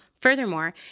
Furthermore